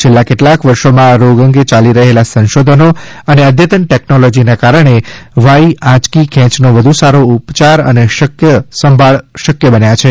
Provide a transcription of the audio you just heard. છેલ્લા કેટલાક વર્ષોમાં આ રોગ અંગે ચાલી રહેલા સંશોધનો અને અદ્યતન ટેકનોલોજીનાં કારણે વાઈ આંચકી ખેંચનો વધુ સારો ઉપચાર અને સંભાળ શક્ય બન્યા છે